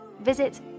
Visit